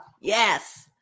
Yes